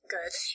Good